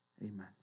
amen